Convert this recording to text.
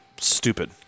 stupid